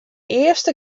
earste